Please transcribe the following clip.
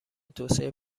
توسعه